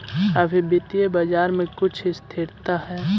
अभी वित्तीय बाजार में कुछ स्थिरता हई